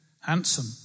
handsome